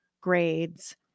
grades